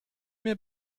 mir